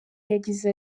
yagize